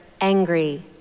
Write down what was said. angry